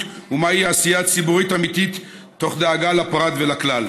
ומהי עשייה ציבורית אמיתית מתוך דאגה לפרט ולכלל,